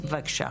בבקשה.